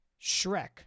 Shrek